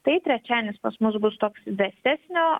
tai trečiadienis pas mus bus toks vėsesnio